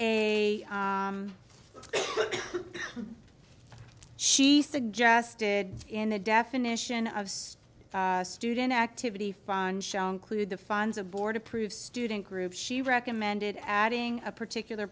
a she suggested in the definition of student activity fun show include the funds a board approved student group she recommended adding a particular